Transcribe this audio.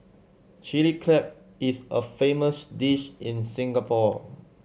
Chilli Crab is a famous dish in Singapore